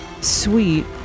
Sweet